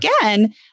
again